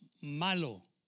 malo